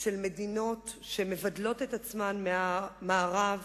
של מדינות שמבדלות את עצמן מהמערב